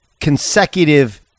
consecutive